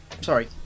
sorry